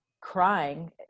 crying